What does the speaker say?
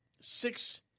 six